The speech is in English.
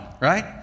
right